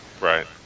Right